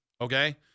okay